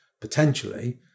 potentially